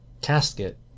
casket